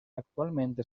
actualmente